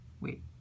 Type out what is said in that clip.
Wait